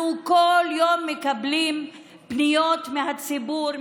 אנחנו כל יום מקבלים פניות מהציבור,